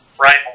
right